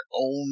own